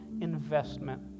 investment